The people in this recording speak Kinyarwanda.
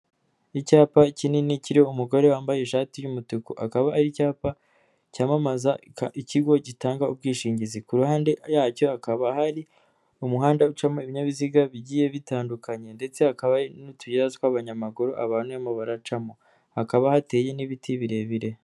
Icyapa kinini kiriho umugore wambaye ishati y'umutuku, akaba ari icyapa cyamamaza ikigo gitanga ubwishingizi, ku ruhande yacyo hakaba hari umuhanda ucamo ibinyabiziga bigiye bitandukanye ndetse hakaba n'utuyira tw'abanyamaguru, abanyemo baracamo, hakaba hateye n'ibiti birebire.